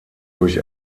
durch